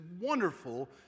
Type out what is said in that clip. wonderful